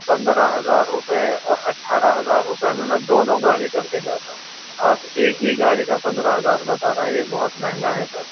پندرہ ہزار روپے اور اٹھارہ ہزار روپے میں میں دونوں گاڑی کر کے جاتا ہوں آپ ایک ہی گاڑی کا پندرہ ہزار بتا رہے ہیں یہ بہت مہنگا ہے سر